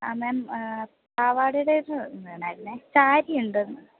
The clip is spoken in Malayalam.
ആ മാം പാവാടയുടേത് വേണമായിരുന്നു സാരിയുണ്ടോ